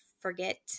forget